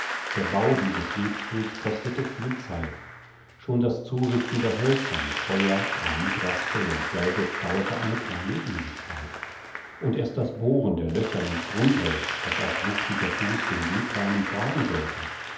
der bau dieses webstuhls kostete viel zeit schon das zurichten der hölzer mit feuer granitraspel und säge dauerte eine kleine ewigkeit und erst das bohren der löcher ins grundholz das als wuchtiger fuß den webrahmen tragen sollte